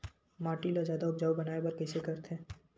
माटी ला जादा उपजाऊ बनाय बर कइसे करथे?